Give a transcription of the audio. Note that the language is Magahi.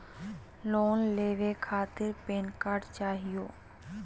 लोन लेवे खातीर पेन कार्ड चाहियो?